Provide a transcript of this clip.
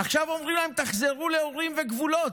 עכשיו אומרים להם: תחזרו לאורים וגבולות,